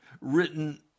written